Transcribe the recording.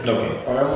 Okay